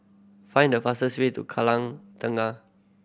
find the fastest way to Kallang Tengah